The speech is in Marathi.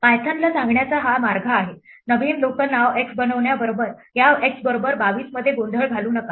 पायथनला सांगण्याचा हा मार्ग आहे नवीन लोकल नाव x बनवण्याबरोबर या x बरोबर 22 मध्ये गोंधळ घालू नका